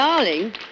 Darling